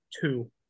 two